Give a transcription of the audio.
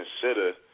consider